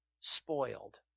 spoiled